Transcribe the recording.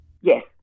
Yes